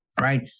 right